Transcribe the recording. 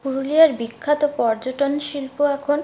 পুরুলিয়ার বিখ্যাত পর্যটন শিল্প এখন